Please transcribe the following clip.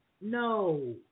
No